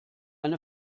eine